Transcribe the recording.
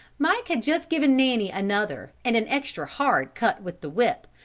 mike had just given nanny another and an extra hard cut with the whip,